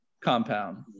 compound